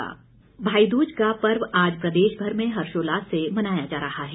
भैयादूज भाईदूज का पर्व आज प्रदेश भर में हर्षोल्लास से मनाया जा रहा है